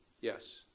Yes